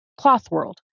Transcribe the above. Clothworld